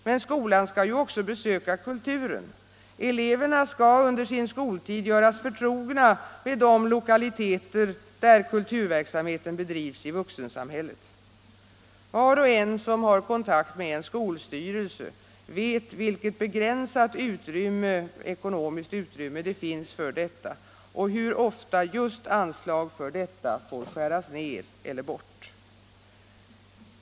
Men skolan skall också besöka kulturen: eleverna skall under sin skoltid göras förtrogna med de lokaliteter där kulturverksamheten bedrivs i vuxensamhället. Var och en som har kontakt med en skolstyrelse vet vilket begränsat ekonomiskt utrymme det finns för det ändamålet och hur ofta just anslag för detta får skäras ned eller bort.